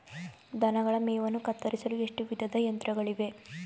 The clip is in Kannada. ದನಗಳ ಮೇವನ್ನು ಕತ್ತರಿಸಲು ಎಷ್ಟು ವಿಧದ ಯಂತ್ರಗಳಿವೆ?